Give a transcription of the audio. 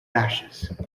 ashes